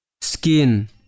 Skin